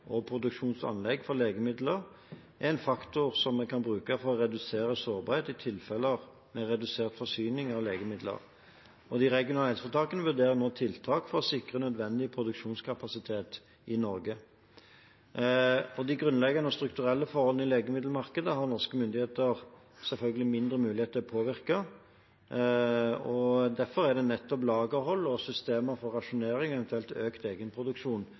produksjonsanlegg for legemidler er en faktor som vi kan bruke for å redusere sårbarhet i tilfeller med redusert forsyning av legemidler. Og de regionale helseforetakene vurderer nå tiltak for å sikre nødvendig produksjonskapasitet i Norge. De grunnleggende og strukturelle forholdene i legemiddelmarkedet har norske myndigheter selvfølgelig mindre mulighet til å påvirke, og derfor er det nettopp lagerhold og systemer for rasjonering, eventuelt økt egenproduksjon,